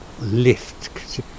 lift